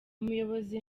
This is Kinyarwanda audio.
umuyobozi